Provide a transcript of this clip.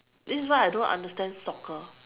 this is why I don't understand soccer